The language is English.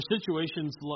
situations